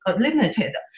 limited